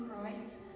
Christ